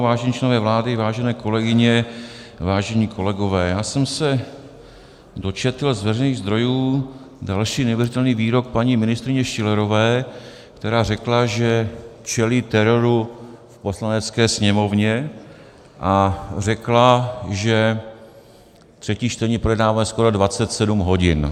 Vážení členové vlády, vážené kolegyně, vážení kolegové, já jsem se dočetl z veřejných zdrojů další neuvěřitelný výrok paní ministryně Schillerové, která řekla, že čelí teroru v Poslanecké sněmovně, a řekla, že třetí čtení projednáváme skoro 27 hodin.